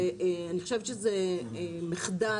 אני חושבת שזה מחדל,